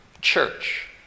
church